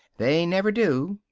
they never do!